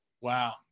Wow